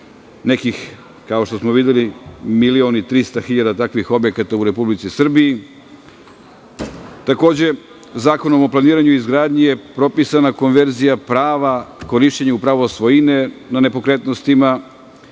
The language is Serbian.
nekih, kao što smo videli, milion i 300 hiljada takvih objekata u Republici Srbiji. Takođe, Zakonom o planiranju i izgradnji je propisana konverzija prava korišćenja upravo svojine na nepokretnostima